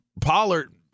Pollard